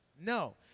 No